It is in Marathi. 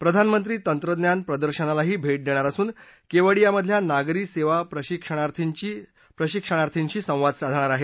प्रधानमंत्री तंत्रज्ञान प्रदर्शनालाही भेट देणार असून केवाडियामधल्या नागरी सेवा प्रशिक्षणार्थीशी संवाद साधणार आहेत